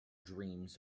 dreams